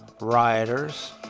rioters